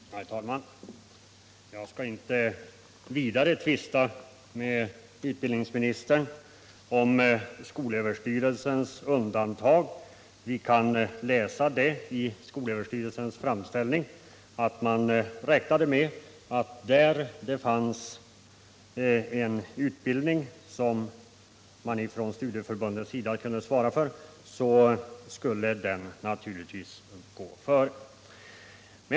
Herr talman! Jag skall inte vidare tvista med utbildningsministern om skolöverstyrelsens undantag. Vi kan läsa i skolöverstyrelsens framställning att man räknade med att den utbildning som studieförbunden kunde svara för skulle gå före.